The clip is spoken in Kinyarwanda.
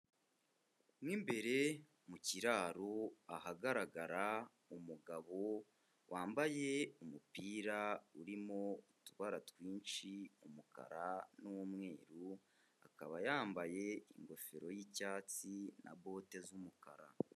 Mo imbere mu kiraro ahagaragara umugabo wambaye umupira urimo udutubara twinshi, umukara n'umweru, akaba yambaye ingofero y'icyatsi na bote z'umukara.